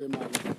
במהלך דברי.